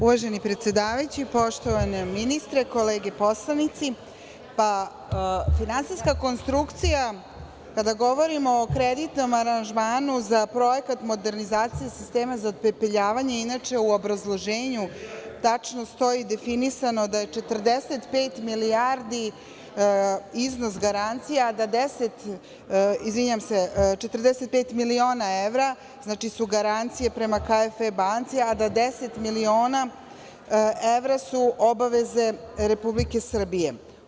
Uvaženi predsedavajući, poštovani ministre, kolege poslanici, finansijska konstrukcija, kada govorimo o kreditnom aranžmanu za Projekat modernizacije sistema za opepeljavanje, inače u obrazloženju tačno stoji definisano da je 45 milijardi iznos garancija, a da deset, izvinjavam se, 45 miliona evra su garancije prema KfW banci, a da su 10 miliona evra obaveze Republike Srbije.